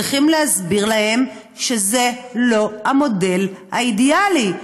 צריכים להסביר להם שזה לא המודל האידיאלי,